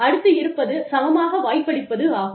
அடுத்து இருப்பது சமமாக வாய்ப்பளிப்பது ஆகும்